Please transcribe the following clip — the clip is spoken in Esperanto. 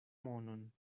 monon